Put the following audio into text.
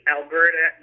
Alberta